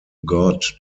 god